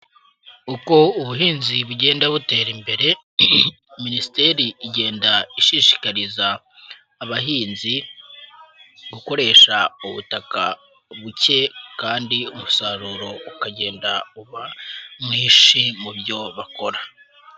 Uko ubuhinzi bugenda butera imbere, minisiteri igenda ishishikariza abahinzi, gukoresha ubutaka buke kandi umusaruro ukagenda uba mwishi mu byo bakora.